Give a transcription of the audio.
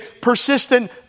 persistent